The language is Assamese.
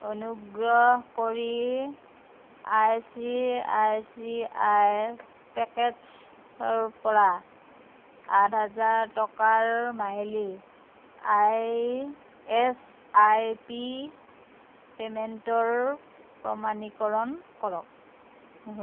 অনুগ্ৰহ কৰি আই চি আই চি আইৰ পেকেটছৰ পৰা আঠ হাজাৰ টকাৰ মাহিলী আই এছ আই পি পে'মেণ্টৰ প্ৰমাণীকৰণ কৰক